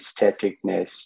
aestheticness